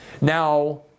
Now